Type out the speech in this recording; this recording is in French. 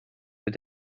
peut